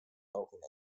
auhinna